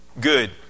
Good